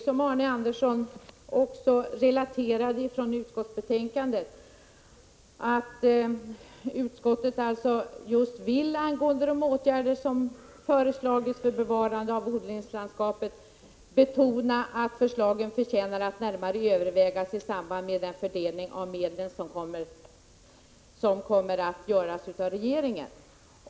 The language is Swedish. Som Arne Andersson i Ljung också relaterade från utskottsbetänkandet, betonar utskottet att förslagen om åtgärder för bevarande av odlingslandskapet förtjänar att närmare övervägas i samband med den fördelning av medlen som kommer att göras av regeringen.